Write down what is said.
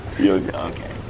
okay